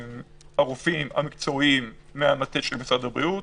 והרופאים המקצועיים מהמטה של משרד הבריאות.